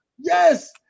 Yes